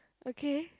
okay